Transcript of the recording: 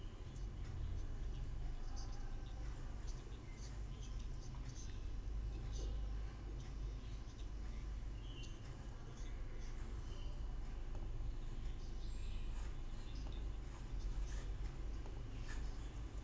okay